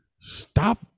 Stop